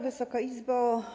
Wysoka Izbo!